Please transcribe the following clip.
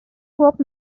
wop